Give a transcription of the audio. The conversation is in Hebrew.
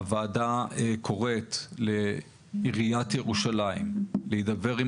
הוועדה קוראת לעיריית ירושלים להידבר עם